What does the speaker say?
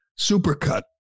supercut